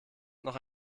noch